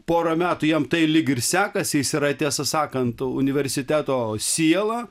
porą metų jam tai lyg ir sekasi jis yra tiesą sakant universiteto siela